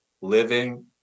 living